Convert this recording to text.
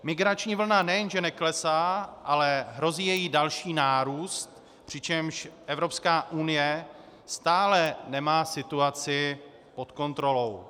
Migrační vlna nejen že neklesá, ale hrozí její další nárůst, přičemž Evropská unie stále nemá situaci pod kontrolou.